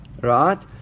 right